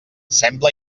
sembla